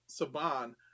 Saban